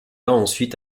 ensuite